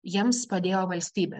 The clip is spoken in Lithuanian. jiems padėjo valstybė